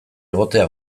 egotea